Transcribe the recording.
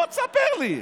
בוא תספר לי.